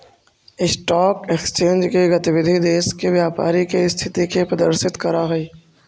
stock exchange के गतिविधि देश के व्यापारी के स्थिति के प्रदर्शित करऽ हइ